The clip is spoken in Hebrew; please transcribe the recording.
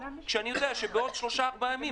כשאני יודע שבעוד שלושה-ארבעה ימים,